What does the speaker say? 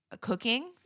cooking